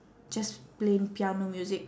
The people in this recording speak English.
just plain piano music